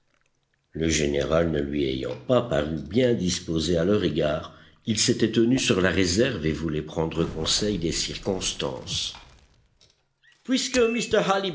le général ne lui ayant pas paru bien disposé à leur égard il s'était tenu sur la réserve et voulait prendre conseil des circonstances puisque